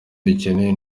dukeneye